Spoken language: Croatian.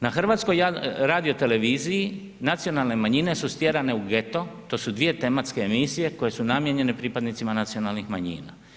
Na HRT-u nacionalne manjine su stjerane u geto, to su dvije tematske emisije koje su namijenjene pripadnicima nacionalnih manjina.